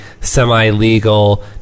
semi-legal